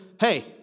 Hey